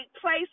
place